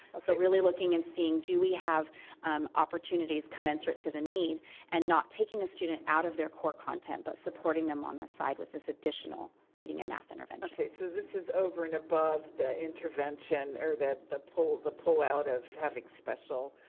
so really looking and seeing do we have opportunities commiserate to the need and not taking a student out of their core content, but supporting them on the side with this additional reading and math intervention. so this is over and above the intervention or that the pull-out the pull-out of having special